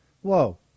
whoa